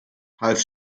half